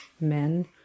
men